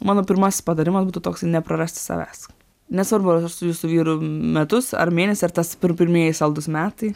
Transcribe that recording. mano pirmasis patarimas būtų toks tai neprarasti savęs nesvarbu su jūsų vyru metus ar mėnesį ar tas pirmieji saldūs metai